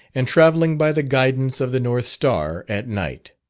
and travelling by the guidance of the north star at night.